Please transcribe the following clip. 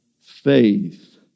faith